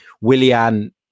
Willian